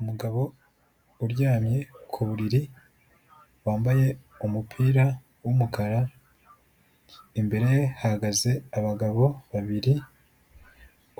Umugabo uryamye ku buriri, wambaye umupira w'umukara, imbere ye hahagaze abagabo babiri,